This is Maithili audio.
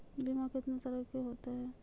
बीमा कितने तरह के होते हैं?